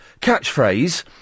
catchphrase